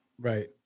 Right